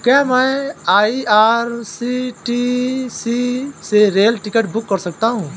क्या मैं आई.आर.सी.टी.सी से रेल टिकट बुक कर सकता हूँ?